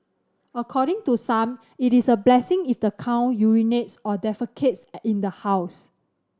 according to some it is a blessing if the cow urinates or defecates in the house